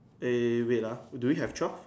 eh wait ah do we have twelve